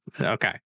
okay